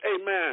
amen